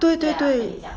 对对对